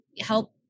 help